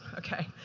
okay,